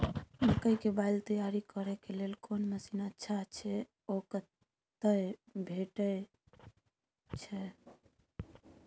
मकई के बाईल तैयारी करे के लेल कोन मसीन अच्छा छै ओ कतय भेटय छै